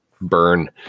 burn